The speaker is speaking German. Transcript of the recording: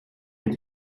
mit